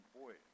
boy